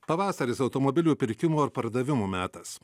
pavasaris automobilių pirkimų ir pardavimų metas